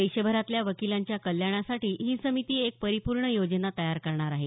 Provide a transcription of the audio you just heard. देशभरातल्या वकिलांच्या कल्याणासाठी ही समिती एक परिपूर्ण योजना तयार करणार आहे